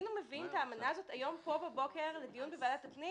היינו מביאים את האמנה הזאת היום פה בבוקר לדיון בוועדת הפנים